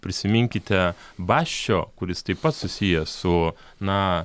prisiminkite basčio kuris taip pat susijęs su na